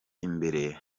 imbere